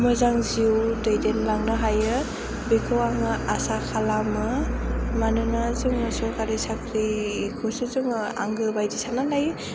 मोजां जिउ दैदेनलांनो हायो बेखौ आङो आसा खालामो मानोना जों सोरखारि साख्रिखौसो आंगोबायदि साननानै लायो